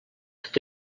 tot